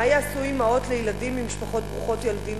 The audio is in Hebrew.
מה יעשו אמהות לילדים ממשפחות ברוכות ילדים,